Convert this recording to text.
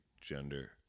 gender